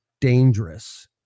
dangerous